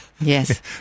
Yes